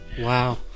Wow